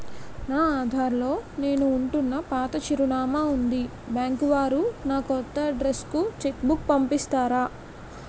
నా ఆధార్ లో నేను ఉంటున్న పాత చిరునామా వుంది బ్యాంకు వారు నా కొత్త అడ్రెస్ కు చెక్ బుక్ పంపిస్తారా?